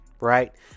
right